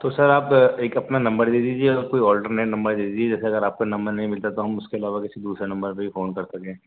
تو سر آپ ایک اپنا نمبر دے دیجیے اور کوئی الٹرنیٹ نمبر دے دیجیے جیسے اگر آپ کا نمبر نہیں مِلتا تو ہم اُس کے علاوہ کسی دوسرے نمبر پہ بھی فون کر سکیں